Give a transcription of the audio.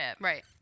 Right